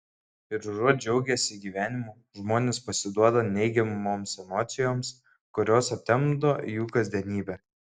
ir užuot džiaugęsi gyvenimu žmonės pasiduoda neigiamoms emocijoms kurios aptemdo jų kasdienybę